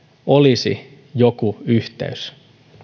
olisi joku yhteys